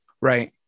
Right